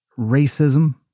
racism